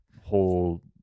whole